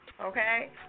okay